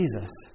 Jesus